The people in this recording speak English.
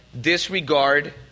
disregard